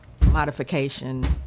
modification